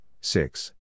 six